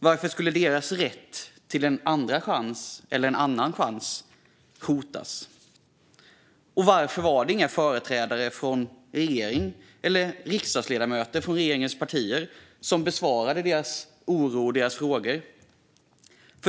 Varför skulle deras rätt till en andra chans - eller en annan chans - hotas? Och varför var det inga företrädare för regeringen eller riksdagsledamöter från regeringspartierna som besvarade deras oro och deras frågor?